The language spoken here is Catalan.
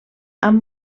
amb